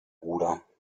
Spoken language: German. bruder